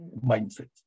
mindset